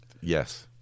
Yes